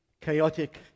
chaotic